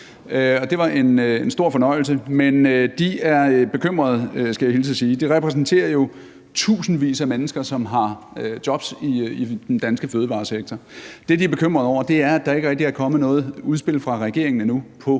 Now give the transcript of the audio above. det var en stor fornøjelse, men de er bekymrede, skal jeg hilse og sige. De repræsenterer jo tusindvis af mennesker, som har job i den danske fødevaresektor, og det, de er bekymrede over, er, at der endnu ikke rigtig er kommet noget udspil fra regeringen til en